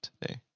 today